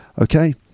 Okay